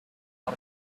lot